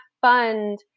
fund